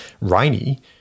rainy